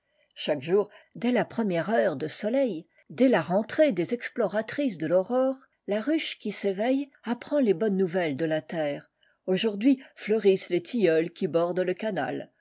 chaque jour dès la première heure de soleil dès la rentrée des exploratrices de faurore la ruche qui s'éveille apprend les bonnes nouvelles de la terre aujourd'hui fleurissent les tilleuls qui bordent le canal